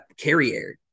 Carrier